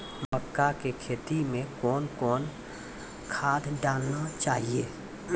मक्का के खेती मे कौन कौन खाद डालने चाहिए?